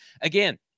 Again